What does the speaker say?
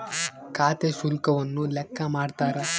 ಖಾತೆ ಶುಲ್ಕವನ್ನು ಲೆಕ್ಕ ಮಾಡ್ತಾರ